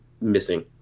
missing